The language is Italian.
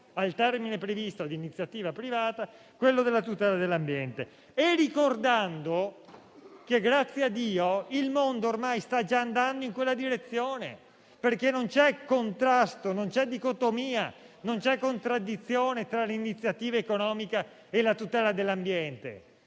al termine previsto e all'iniziativa privata la tutela dell'ambiente, ricordando che il mondo ormai sta già andando in quella direzione: non c'è contrasto, non c'è dicotomia, non c'è contraddizione tra l'iniziativa economica e la tutela dell'ambiente.